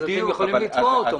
יכולים לתבוע אותו.